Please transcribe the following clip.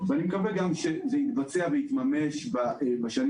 ואני מקווה גם שזה יתבצע ויתממש בשנים